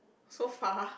so far